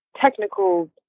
technical